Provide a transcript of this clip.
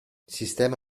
sistema